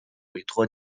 委托